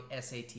SAT